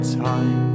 time